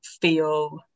feel